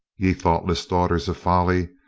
ye thoughtless daughters of folly,